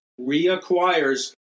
reacquires